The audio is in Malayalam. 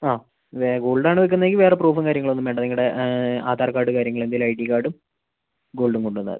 ആ വേ ഗോൾഡ് ആണ് വയ്ക്കുന്നതെങ്കിൽ വേറെ പ്രൂഫും കാര്യങ്ങൾ ഒന്നും വേണ്ട നിങ്ങളുടെ ആധാർ കാർഡ് കാര്യങ്ങൾ എന്തെങ്കിലും ഐ ഡി കാർഡും ഗോൾഡും കൊണ്ടുവന്നാൽ മതി